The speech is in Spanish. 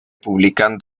publican